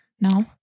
No